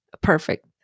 perfect